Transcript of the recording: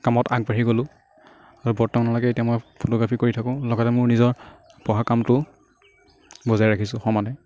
কামত আগবাঢ়ি গ'লো আৰু বৰ্তমানলৈকে এতিয়া মই ফটোগ্ৰাফি কৰি থাকোঁ লগতে মোৰ নিজৰ পঢ়া কামটোও বজাই ৰাখিছো সমানে